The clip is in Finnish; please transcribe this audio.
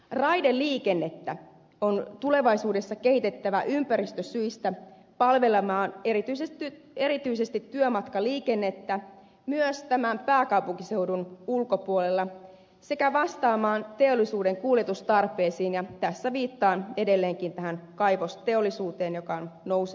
raideliikennettä on tulevaisuudessa kehitettävä ympäristösyistä palvelemaan erityisesti työmatkaliikennettä myös tämän pääkaupunkiseudun ulkopuolella sekä vastaamaan teollisuuden kuljetustarpeisiin ja tässä viittaan edelleenkin tähän kaivosteollisuuteen joka on nouseva ala